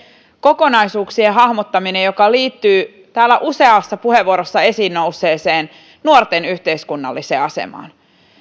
kokonaisuuksien hahmottaminen joka liittyy täällä useassa puheenvuorossa esiin nousseeseen nuorten yhteiskunnalliseen asemaan